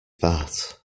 that